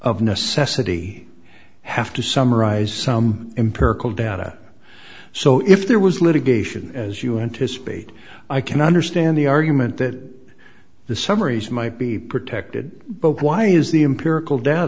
of necessity have to summarize some empirical data so if there was litigation as you anticipate i can understand the argument that the summaries might be protected but why is the empirical d